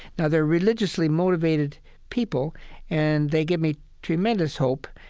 now, they're religiously motivated people and they give me tremendous hope,